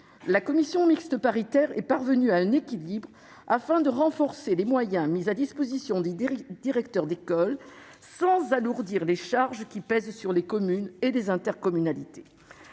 la commission mixte paritaire est parvenue à un équilibre permettant de renforcer les moyens mis à disposition des directeurs d'école sans alourdir les charges qui pèsent sur les communes et les intercommunalités.